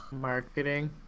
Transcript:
Marketing